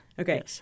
Okay